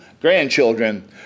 grandchildren